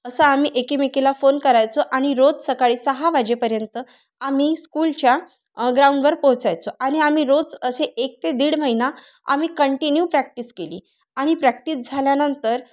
असं आम्ही एकेमेकीला फोन करायचो आणि रोज सकाळी सहा वाजेपर्यंत आम्ही स्कूलच्या ग्राउंडवर पोचायचो आणि आम्ही रोज असे एक ते दीड महिना आम्ही कंटिन्यू प्रॅक्टिस केली आणि प्रॅक्टिस झाल्यानंतर